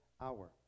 hour